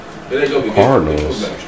Cardinals